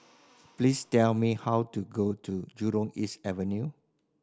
please tell me how to go to Jurong East Avenue